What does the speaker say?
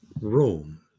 rome